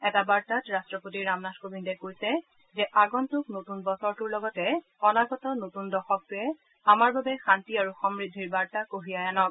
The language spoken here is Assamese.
এটা বাৰ্তাত ৰাট্টপতি ৰামনাথ কোবিন্দে কৈছে যে আগম্ভক নতুন বছৰটোৰ লগতে অনাগত নতুন দশকটোৱে আমাৰ বাবে শান্তি আৰু সমূদ্ধিৰ বাৰ্তা কঢ়িয়াই আনক